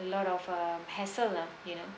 a lot of uh hassle uh you know